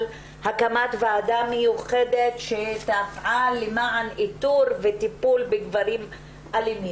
הקמת ועדה מיוחדת שתפעל למען איתור וטיפול בגברים אלימים.